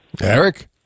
Eric